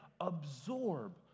absorb